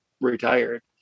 retired